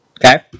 Okay